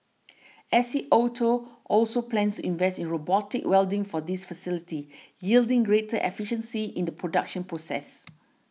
S C Auto also plans to invest in robotic welding for this facility yielding greater efficiency in the production process